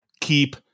keep